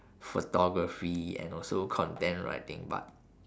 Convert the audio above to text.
photography and also content writing but